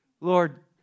Lord